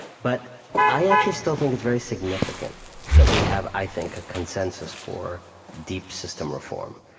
but i actually still think it's very significant that we have, i think, a consensus for deep system reform.